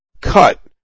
cut